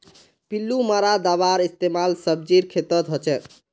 पिल्लू मारा दाबार इस्तेमाल सब्जीर खेतत हछेक